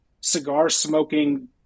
cigar-smoking